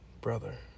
brother